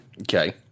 Okay